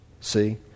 see